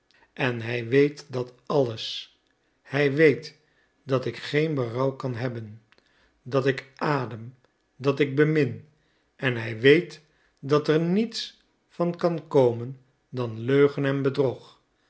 en hij weet dat alles hij weet dat ik geen berouw kan hebben dat ik adem dat ik bemin hij weet dat er niets van kan komen dan leugen en